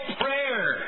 prayer